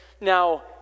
Now